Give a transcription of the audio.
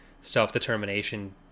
self-determination